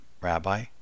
Rabbi